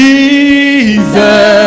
Jesus